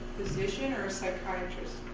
physician or a psychiatrist?